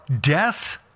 death